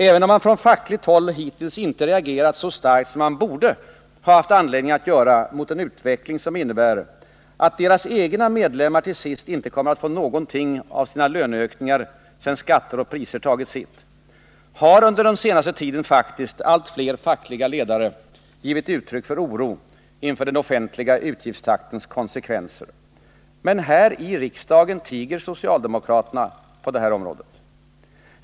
Även om man från fackligt håll hittills inte reagerat så starkt som man borde ha haft anledning att göra mot en utveckling som innebär att deras medlemmar till sist inte kommer att få behålla någonting av sina löneökningar sedan skatter och priser tagit sitt, har under den senaste tiden allt fler fackliga ledare faktiskt givit uttryck för oro inför den offentliga utgiftstaktens konsekvenser. Men här i riksdagen tiger socialdemokraterna på detta område.